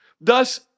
Thus